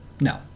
No